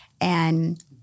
and-